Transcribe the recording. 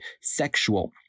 sexual